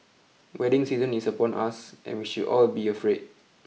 wedding season is upon us and we should all be afraid